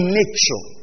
nature